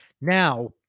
Now